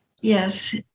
Yes